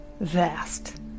vast